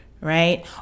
right